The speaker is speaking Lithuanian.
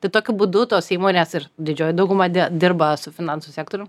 tai tokiu būdu tos įmonės ir didžioji dauguma dirba su finansų sektorium